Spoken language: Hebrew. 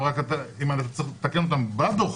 אבל אם אתה צריך לתקן אותם בדוחות,